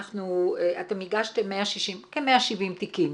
אתם הגשתם כ-170 תיקים